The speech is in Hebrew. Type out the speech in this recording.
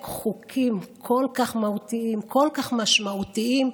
חוקים כל כך מהותיים וכל כך משמעותיים,